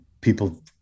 people